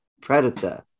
predator